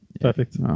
Perfect